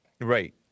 Right